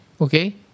Okay